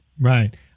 Right